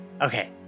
okay